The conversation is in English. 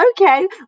okay